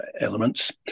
elements